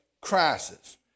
crisis